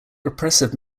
repressive